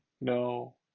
no